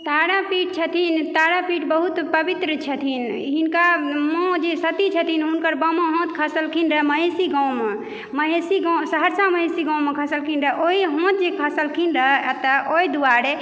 तारापीठ छथिन तारापीठ बहुत पवित्र छथिन हिनका माँ जे सती छथिन हुनकर बामा हाथ खसलखिन रहै महिषी गाँवमे महिषी गाँव सहरसा महिषी गाँवमे खसलखिन रहै ओही हाथ जे खसलखिन रहै एतऽ ओहि दुआरे